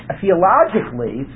theologically